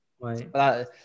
Right